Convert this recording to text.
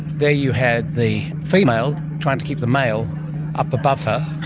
there you had the female trying to keep the male up above her,